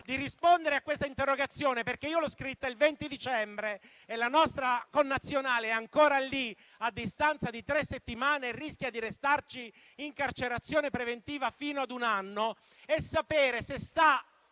di rispondere alla mia interrogazione, perché io l'ho scritta il 20 dicembre e la nostra connazionale è ancora lì, a distanza di tre settimane, e rischia di restarci in carcerazione preventiva fino a un anno. Vorrei sapere se sta